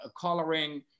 coloring